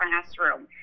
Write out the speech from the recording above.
classroom